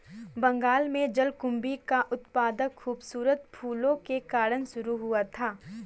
बंगाल में जलकुंभी का उत्पादन खूबसूरत फूलों के कारण शुरू हुआ था